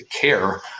care